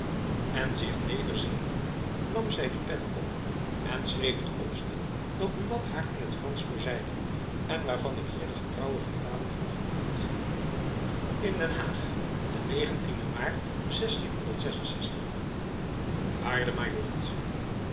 en zich nederzettende nam zy de pen op en schreef het opstel dat buat haar in t fransch voorzeide en waarvan ik hier de getrouwe vertaling volgen laat in den aag aart aar y ord